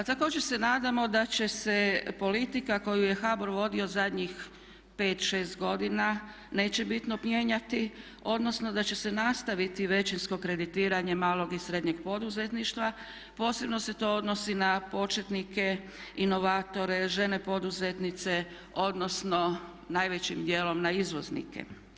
A također se nadamo da će se politika koju je HBOR vodio zadnjih 5, 6 godina neće bitno mijenjati, odnosno da će se nastaviti većinsko kreditiranje malog i srednjeg poduzetništva, posebno se to odnosi na početnike, inovatore, žene poduzetnice, odnosno najvećim djelom na izvoznike.